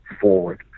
forward